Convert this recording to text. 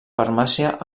farmàcia